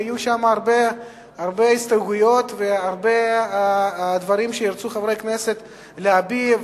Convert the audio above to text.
ויהיו שם הרבה הסתייגויות והרבה דברים שעליהם ירצו חברי כנסת להגיב.